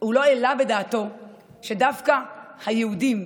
הוא לא העלה בדעתו שדווקא היהודים,